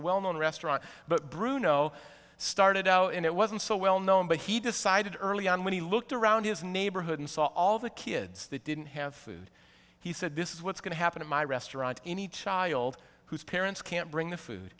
well known restaurant but bruno started out and it wasn't so well known but he decided early on when he looked around his neighborhood and saw all the kids that didn't have food he said this is what's going to happen in my restaurant any child whose parents can't bring the food